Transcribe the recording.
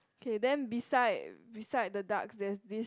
okay then beside beside the ducks there is this